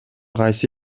кайсы